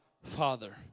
Father